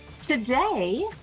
Today